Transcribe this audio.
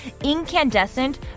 incandescent